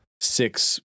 six